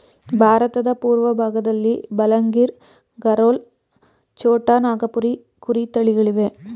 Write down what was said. ಭಾರತದ ಪೂರ್ವಭಾಗದಲ್ಲಿ ಬಲಂಗಿರ್, ಗರೋಲ್, ಛೋಟಾ ನಾಗಪುರಿ ಕುರಿ ತಳಿಗಳಿವೆ